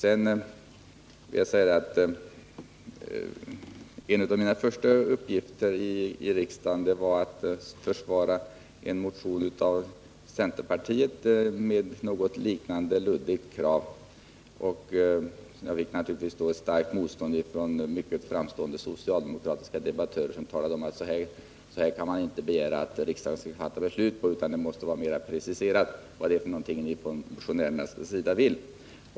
En av mina första uppgifter i riksdagen var att försvara en motion av centerpartiet med något liknande luddigt krav som det denna motion innehåller, och jag fick naturligtvis då starkt motstånd från mycket framstående socialdemokratiska debattörer, som sade: Så här dåligt underlag kan man inte begära att riksdagen fattar beslut på. Det måste vara mer preciserat vad motionärerna vill.